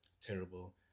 terrible